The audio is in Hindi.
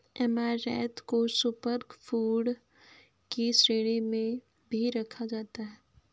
ऐमारैंथ को सुपर फूड की श्रेणी में भी रखा जाता है